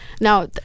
now